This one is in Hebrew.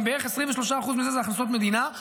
אם בערך 23% מזה זה הכנסות מדינה,